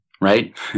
right